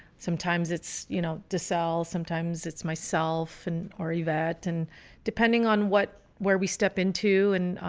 sometimes it's, you know, decel sometimes it's myself and are you that and depending on what where we step into and,